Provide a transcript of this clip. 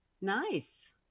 Nice